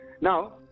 Now